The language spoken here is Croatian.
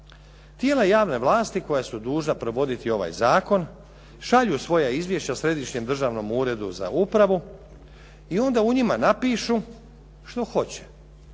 Tijela javne vlasti koja su dužna provoditi ovaj zakon, šalju svoja izvješća Središnjem državnom uredu za upravu i onda u njima napišu što hoće.